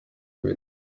ibiri